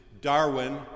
Darwin